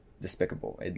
despicable